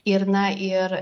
ir na ir